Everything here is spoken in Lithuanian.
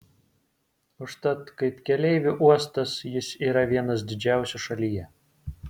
užtat kaip keleivių uostas jis yra vienas didžiausių šalyje